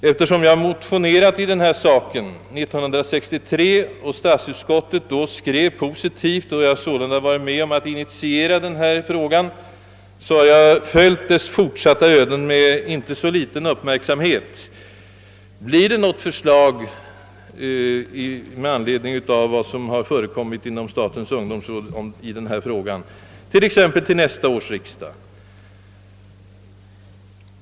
Eftersom jag motionerade i denna sak år 1963, varvid statsutskottet skrev positivt, och jag sålunda var med om att initiera denna fråga, har jag följt dess fortsatta öden med inte så liten uppmärksamhet. Kommer med anledning av vad som förekommit inom statens ungdomsråd förslag att framläggas t.ex. till nästa års riksdag?